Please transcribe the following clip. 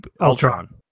Ultron